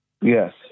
Yes